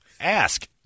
ask